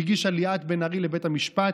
שהגישה ליאת בן ארי לבית המשפט,